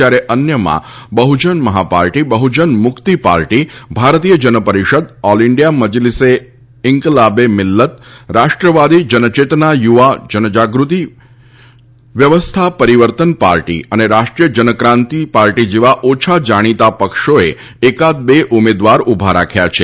જ્યારે અન્યમાં Bahujan Maha party Bahujan Mukti party Bharatiya Janparishad all India Majlise Inquilabe Millat Rashtrawadi Janchetna થુવા જનજાગૃતિ વ્યવસ્થા પરિવર્તન પાર્ટી અને રાષ્ટ્રીય જનકાંતિ પાર્ટી જેવા ઓછા જાણીતા પક્ષોએ એકાદ બે ઉમેદવાર ઉભા રાખ્યા છે